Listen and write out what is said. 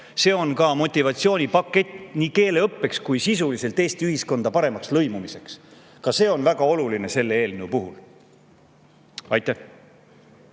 See on motivatsioonipakett nii keeleõppeks kui sisuliselt ka Eesti ühiskonda paremaks lõimumiseks. Ka see on väga oluline selle eelnõu puhul. Kalle